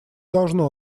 должно